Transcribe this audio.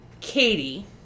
Katie